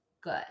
good